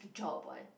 a job [what]